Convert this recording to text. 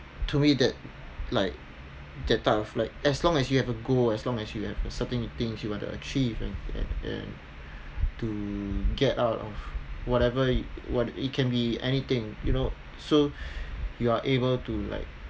to me that like that type of like as long as you have a goal as long as you have a certain things you want to achieve and and and to get out of whatever what it can be anything you know so you are able to like